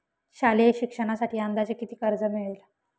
शालेय शिक्षणासाठी अंदाजे किती कर्ज मिळेल?